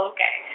Okay